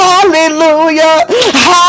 Hallelujah